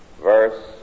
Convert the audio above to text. verse